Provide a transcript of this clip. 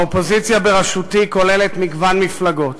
האופוזיציה בראשותי כוללת מגוון מפלגות,